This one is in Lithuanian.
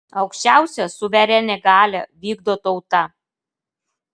aukščiausią suverenią galią vykdo tauta